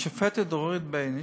השופטת דורית בייניש,